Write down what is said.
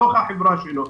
בתוך החברה שלו,